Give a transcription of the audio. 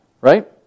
Right